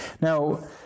Now